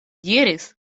diris